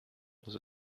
was